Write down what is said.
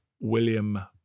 William